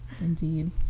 Indeed